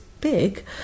big